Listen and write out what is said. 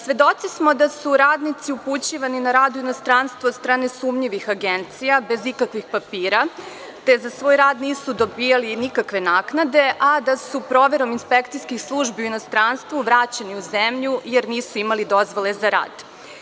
Svedoci smo da su radnici upućivani na rad u inostranstvo od strane sumnjivih agencija, bez ikakvih papira, te za svoj rad nisu dobijali nikakve naknade, a da su proverom inspekcijskih službi u inostranstvu vraćeni u zemlju jer nisu imali dozvole za rad.